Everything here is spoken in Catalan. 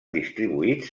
distribuïts